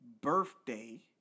birthday